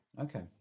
Okay